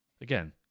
Again